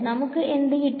നമുക്ക് എന്ത് കിട്ടി